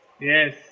Yes